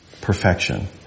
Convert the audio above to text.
perfection